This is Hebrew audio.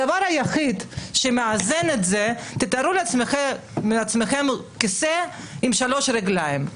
הדבר היחיד שמאזן את זה תארו לעצמכם כיסא עם שלוש רגליים.